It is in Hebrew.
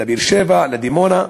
לבאר-שבע, לדימונה.